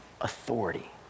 authority